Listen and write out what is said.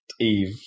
Eve